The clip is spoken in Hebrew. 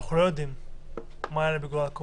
אנחנו לא יודעים מה יעלה בגורל הקורונה.